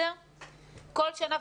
כל שנה,